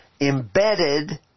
embedded